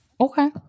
Okay